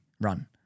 run